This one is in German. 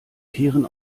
kehren